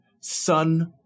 Son